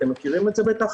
אתם מכירים את זה בטח,